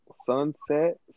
Sunset